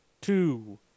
two